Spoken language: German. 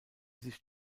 sich